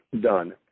Done